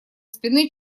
спины